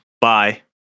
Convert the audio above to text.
Bye